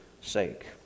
sake